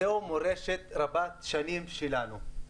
זוהי מורשת רבת שנים שלנו.